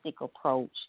approach